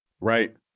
Right